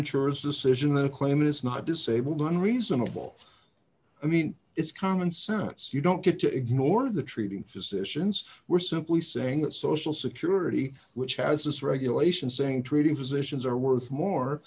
insurance decision that a claim is not disabled on reasonable i mean it's common sense you don't get to ignore the treating physicians were simply saying that social security which has this regulation saying treating physicians are worth more